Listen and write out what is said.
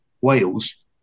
Wales